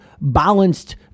balanced